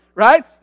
Right